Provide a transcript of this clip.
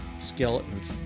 skeletons